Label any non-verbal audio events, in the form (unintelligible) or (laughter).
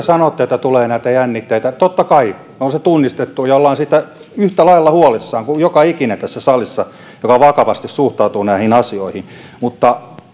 (unintelligible) sanotte että tulee näitä jännitteitä totta kai me olemme sen tunnistaneet ja olemme siitä yhtä lailla huolissamme kuin joka ikinen tässä salissa joka vakavasti suhtautuu näihin asioihin mutta